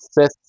fifth